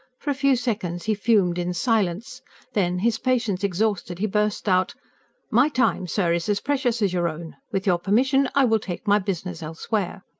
for a few seconds he fumed in silence then, his patience exhausted, he burst out my time, sir, is as precious as your own. with your permission, i will take my business elsewhere.